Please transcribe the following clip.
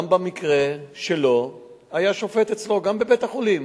גם במקרה שלו היה שופט אצלו, גם בבית-החולים,